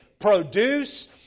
Produce